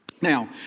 Now